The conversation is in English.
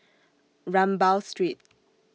Rambau Street